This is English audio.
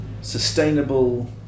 sustainable